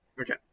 Okay